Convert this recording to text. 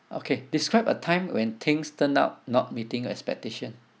okay describe a time when things turn out not meeting your expectation